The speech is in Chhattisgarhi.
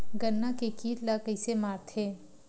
गन्ना के कीट ला कइसे मारथे?